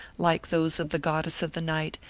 like those of the goddess of the night,